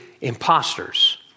imposters